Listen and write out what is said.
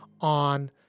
on